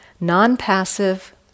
non-passive